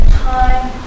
time